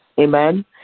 Amen